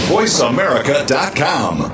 VoiceAmerica.com